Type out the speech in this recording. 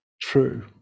true